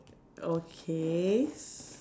okay s~